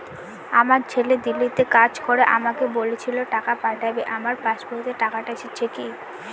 আমার ছেলে দিল্লীতে কাজ করে আমাকে বলেছিল টাকা পাঠাবে আমার পাসবইতে টাকাটা এসেছে কি?